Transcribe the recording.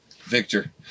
Victor